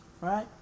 right